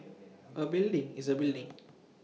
A building is A building